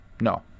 No